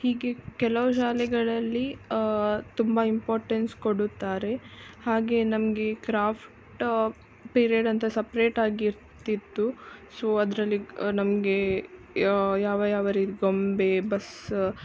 ಹೀಗೆ ಕೆಲವು ಶಾಲೆಗಳಲ್ಲಿ ತುಂಬಾ ಇಂಪಾರ್ಟೆನ್ಸ್ ಕೊಡುತ್ತಾರೆ ಹಾಗೆ ನಮಗೆ ಕ್ರಾಫ್ಟ್ ಪಿರಿಯಡ್ ಅಂತ ಸಪ್ರೇಟ್ ಆಗಿ ಇರ್ತಿತ್ತು ಸೊ ಅದರಲ್ಲಿ ನಮಗೆ ಯಾವ ಯಾವ ರೀ ಗೊಂಬೆ ಬಸ್